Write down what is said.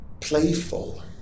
playful